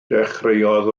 dechreuodd